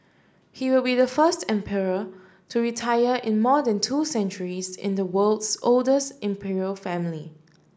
he will be the first emperor to retire in more than two centuries in the world's oldest imperial family